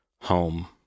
home